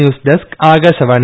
news desk Akashvani